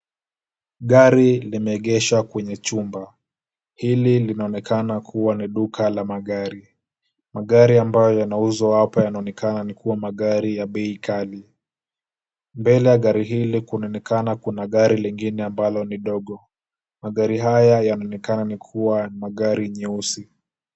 Gari limeegeshwa kwenye chumba. Hili linaonekana kuwa ni duka la magari. Magari ambayo yanauzwa hapa yanaonekana ni kuwa ni magari ya bei ghali. Mbele ya gari hili kunaonekana kuna gari lingine ambalo ni ndogo. Magari haya yanaonekana ni kuwa magari nyeusi.